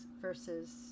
versus